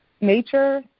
nature